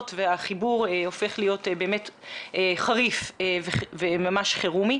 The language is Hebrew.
והחיבור הופך להיות באמת חריף וממש חירומי.